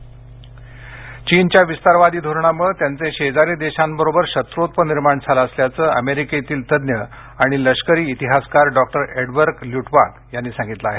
Edward Luttwak चीनच्या विस्तारवादी धोरणामुळे त्यांचे शेजारी देशांबरोबर शत्रुत्व निर्माण झाले असल्याचं अमेरिकेतील तज्ञ आणि लष्करी इतिहासकार डॉक्टर एडवर्ड ल्युटवाक यांनी सांगितलं आहे